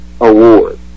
Award